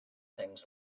things